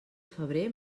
febrer